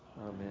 Amen